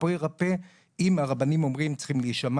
ברפו יירפא ואם הרבנים אומרים שצריכים להישמע